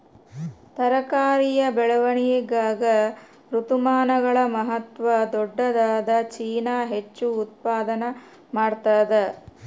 ತರಕಾರಿಯ ಬೆಳವಣಿಗಾಗ ಋತುಮಾನಗಳ ಮಹತ್ವ ದೊಡ್ಡದಾದ ಚೀನಾ ಹೆಚ್ಚು ಉತ್ಪಾದನಾ ಮಾಡ್ತದ